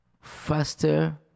faster